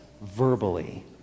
verbally